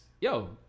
Yo